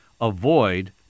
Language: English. Avoid